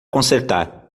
consertar